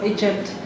Egypt